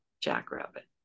jackrabbit